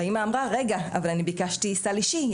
והאימא אמרה אבל ביקשתי סל אישי,